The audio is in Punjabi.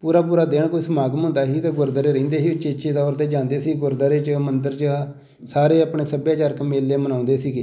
ਪੂਰਾ ਪੂਰਾ ਦਿਨ ਕੋਈ ਸਮਾਗਮ ਹੁੰਦਾ ਸੀ ਤਾਂ ਗੁਰਦੁਆਰੇ ਰਹਿੰਦੇ ਸੀ ਉਚੇਚੇ ਤੌਰ 'ਤੇ ਜਾਂਦੇ ਸੀ ਗੁਰਦੁਆਰੇ 'ਚ ਮੰਦਰ 'ਚ ਸਾਰੇ ਆਪਣੇ ਸੱਭਿਆਚਾਰਕ ਮੇਲੇ ਮਨਾਉਂਦੇ ਸੀਗੇ